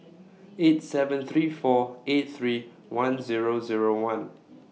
eight seven three four eight three one Zero Zero one